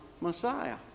Messiah